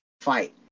fight